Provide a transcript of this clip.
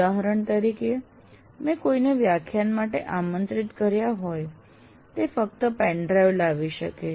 ઉદાહરણ તરીકે મેં કોઈને વ્યાખ્યાન માટે આમંત્રિત કર્યા હોય તે ફક્ત પેન ડ્રાઈવ લાવી શકે છે